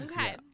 Okay